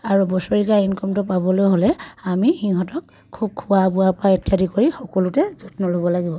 আৰু বছৰেকীয়া ইনকমটো পাবলৈ হ'লে আমি সিহঁতক খুব খোৱা বোৱা পৰা ইত্যাদি কৰি সকলোতে যত্ন ল'ব লাগিব